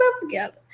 together